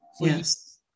yes